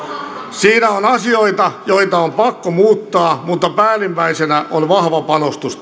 siinä on asioita joita on pakko muuttaa mutta päällimmäisenä on vahva panostus